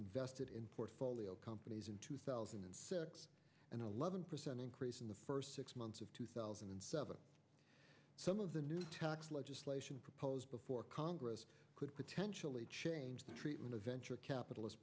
invested in portfolio companies in two thousand and six and eleven percent increase in the first six months of two thousand and seven some of the new tax legislation proposed before congress could potentially change the treatment of venture capitalist